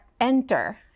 enter